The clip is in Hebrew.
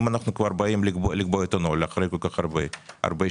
אם אנחנו כבר באים לקבוע את הנוהל אחרי כל-כך הרבה שנים,